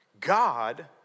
God